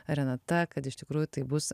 renata kad iš tikrųjų tai bus